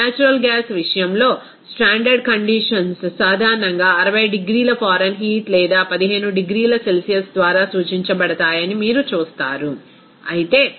natural gas విషయంలో standard conditions సాధారణంగా 60 డిగ్రీల ఫారెన్హీట్ లేదా 15 డిగ్రీల సెల్సియస్ ద్వారా సూచించబడతాయని మీరు చూస్తారు అయితే ప్రెజర్ 14